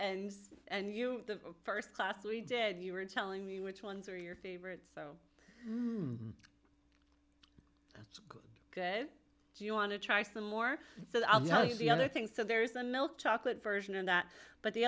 and and you the first class we did you were telling me which ones are your favorite so do you want to try some more so i'll tell you the other things so there's a milk chocolate version of that but the